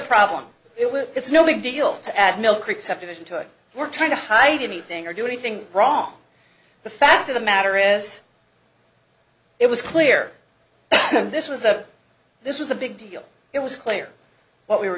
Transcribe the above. problem it was it's no big deal to add milk receptivity to it we're trying to hide anything or do anything wrong the fact of the matter is it was clear this was a this was a big deal it was clear what we were